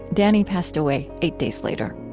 danny passed away eight days later